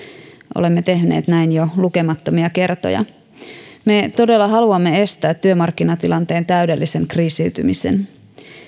olemme tehneet näin jo lukemattomia kertoja me todella haluamme estää työmarkkinatilanteen täydellisen kriisiytymisen